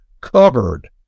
covered